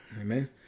Amen